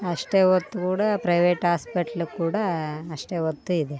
ಅಷ್ಟೇ ಒತ್ತು ಕೂಡ ಪ್ರೈವೇಟ್ ಆಸ್ಪಿಟ್ಲ್ ಕೂಡ ಅಷ್ಟೇ ಒತ್ತು ಇದೆ